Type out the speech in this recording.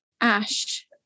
Ash